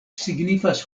signifas